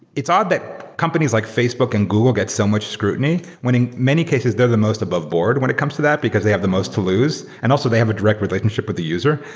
it's odd that companies like facebook and google get so much scrutiny, when in many cases they're the most aboveboard when it comes to that, because they have the most to lose. and also they have a direct relationship with the user.